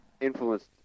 influenced